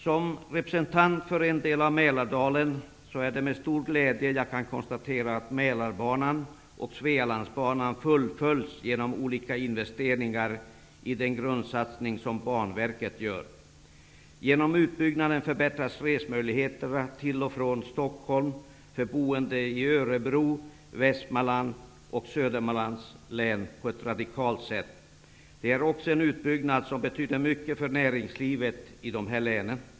Som representant för en del av Mälardalen är det med stor glädje jag kan konstatera att Mälarbanan och Svealandsbanan fullföljs genom olika investeringar i den grundsatsning som Banverket gör. Utbyggnaden innebär radikalt förbättrade resmöjligheter till och från Stockholm för boende i Det är också en utbyggnad som betyder mycket för näringslivet i dessa län.